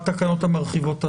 המרחיבות הללו.